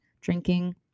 drinking